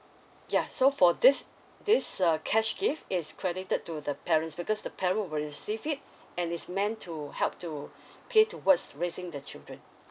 yeah so for this this uh cash gift it's credited to the parents because the parent will receive it and it's meant to help to pay towards raising the children